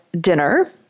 dinner